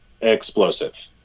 explosive